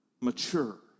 mature